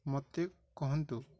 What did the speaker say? ମୋତେ କୁହନ୍ତୁ